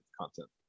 content